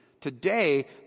today